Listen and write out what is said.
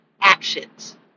actions